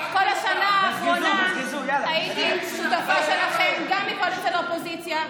כל השנה האחרונה הייתי שותפה שלכם גם מקואליציה של אופוזיציה.